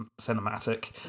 cinematic